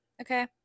Okay